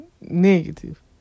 negative